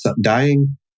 dying